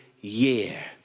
year